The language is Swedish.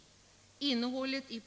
Vad som spelar stor roll är innehållet i